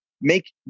make